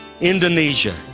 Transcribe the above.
Indonesia